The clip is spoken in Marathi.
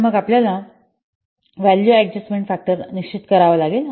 तर मग आपल्याला व्हॅल्यू ऍड्जस्टमेंट फॅक्टर निश्चित करावा लागेल